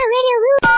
Radio